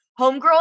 Homegirl